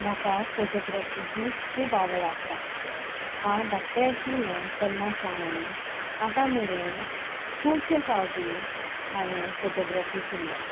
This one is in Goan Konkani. म्हाका फोटोग्राफीची खूब आवड आसा हांव धाकटें आशिल्लें तेन्ना सावन आतां मेरेन खुबशे फावटी हांवें फोटोग्राफी केल्ल्या